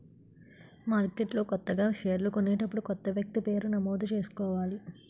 మార్కెట్లో కొత్తగా షేర్లు కొనేటప్పుడు కొత్త వ్యక్తి పేరు నమోదు చేసుకోవాలి